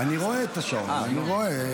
אני רואה את השעון, אני רואה.